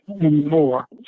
anymore